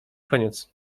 koniec